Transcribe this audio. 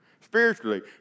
spiritually